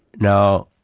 now,